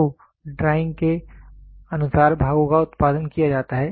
तो ड्राइंग के अनुसार भागों का उत्पादन किया जाता है